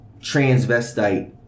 transvestite